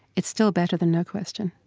it's still better than no question